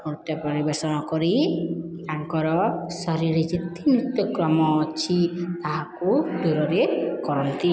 ନୃତ୍ୟ ପରିବେଷଣ କରି ତାଙ୍କର ଶରୀରରେ ଯେତେ ନୃତ୍ୟକ୍ରମ ଅଛି ତାହାକୁ ଦୂରରେ କରନ୍ତି